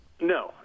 No